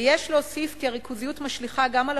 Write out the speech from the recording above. ויש להוסיף כי הריכוזיות משליכה גם על